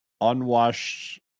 unwashed